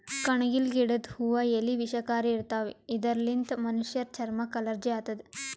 ಕಣಗಿಲ್ ಗಿಡದ್ ಹೂವಾ ಎಲಿ ವಿಷಕಾರಿ ಇರ್ತವ್ ಇದರ್ಲಿನ್ತ್ ಮನಶ್ಶರ್ ಚರಮಕ್ಕ್ ಅಲರ್ಜಿ ಆತದ್